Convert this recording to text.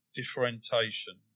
differentiation